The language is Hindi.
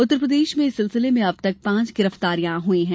उत्तर प्रदेश में इस सिलसिले में अब तक पांच गिरफ्तारियां हुई है